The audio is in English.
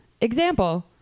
Example